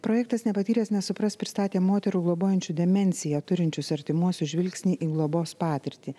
projektas nepatyręs nesupras pristatė moterų globojančių demenciją turinčius artimuosius žvilgsnį į globos patirtį